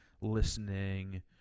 listening